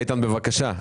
איתן, בבקשה.